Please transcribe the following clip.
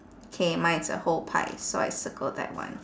K mine is a whole pie so I circle that one